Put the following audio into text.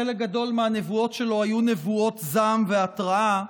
חלק גדול מהנבואות שלו היו נבואות זעם והתראה.